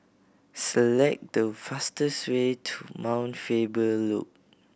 select the fastest way to Mount Faber Loop